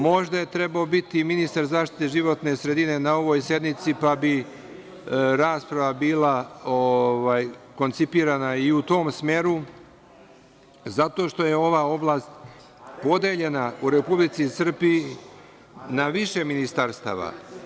Možda je treba biti ministar zaštite životne sredine na ovoj sednici, pa bi rasprava bila koncipirana i u tom smeru, zato što je ova oblast podeljena u Republici Srbiji na više ministarstva.